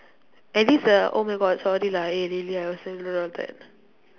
at least ah oh my god sorry lah eh really I was